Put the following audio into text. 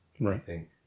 right